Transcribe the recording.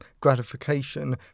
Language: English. gratification